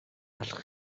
allech